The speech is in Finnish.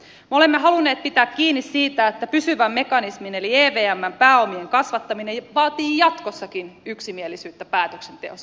me olemme halunneet pitää kiinni siitä että pysyvän mekanismin eli evmn pääomien kasvattaminen vaatii jatkossakin yksimielisyyttä päätöksenteossa